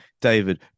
David